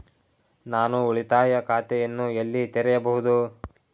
ನಾನು ಉಳಿತಾಯ ಖಾತೆಯನ್ನು ಎಲ್ಲಿ ತೆರೆಯಬಹುದು?